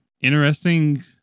interesting